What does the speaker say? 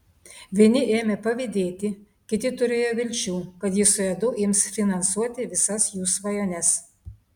vieni ėmė pavydėti kiti turėjo vilčių kad ji su edu ims finansuoti visas jų svajones